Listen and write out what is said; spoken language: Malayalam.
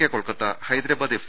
K Kolkata Hyderabad F